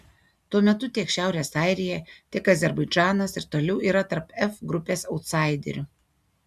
tuo metu tiek šiaurės airija tiek azerbaidžanas ir toliau yra tarp f grupės autsaiderių